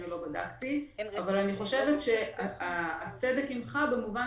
לא בדקתי אבל אני חושבת שהצוות הנחה במובן